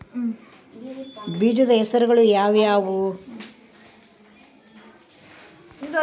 ಬೇಜದ ಹೆಸರುಗಳು ಯಾವ್ಯಾವು?